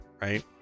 right